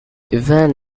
even